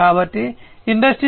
కాబట్టి ఇండస్ట్రీ 4